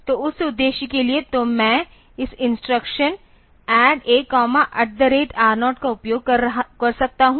तो उस उद्देश्य के लिए तो मैं इस इंस्ट्रक्शन add A R0 का उपयोग कर सकता हूं